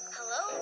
Hello